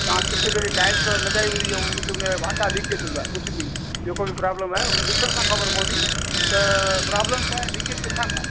तव्हां छिति ते टाईल्स लॻाई हूंदी हू उन जा वाटा लीकेज हूंदा कुझु बि जेको बि प्रॉब्लम आहे उहो त ॾिसण सां ख़बर पवंदी त प्रॉब्लम छा आहे लीकेज किथां खां आहे